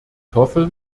hoffe